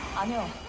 i will